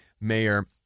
Mayor